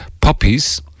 puppies